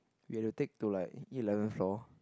we had to take to like eleventh floor